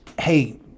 hey